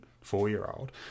four-year-old